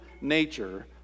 nature